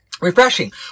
Refreshing